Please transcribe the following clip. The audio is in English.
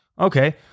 Okay